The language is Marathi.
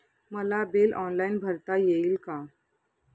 मला बिल ऑनलाईन भरता येईल का?